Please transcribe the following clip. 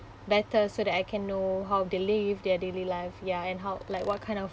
better so that I can know how they live their daily life ya and how like what kind of